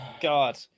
God